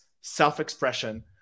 self-expression